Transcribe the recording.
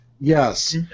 Yes